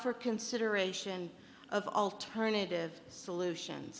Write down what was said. for consideration of alternative solution